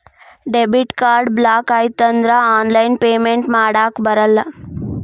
debit card block ಆಯ್ತಂದ್ರ online payment ಮಾಡಾಕಬರಲ್ಲ